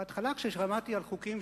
בהתחלה כששמעתי על חוקים